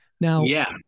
Now